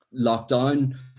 lockdown